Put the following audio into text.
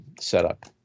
setup